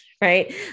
right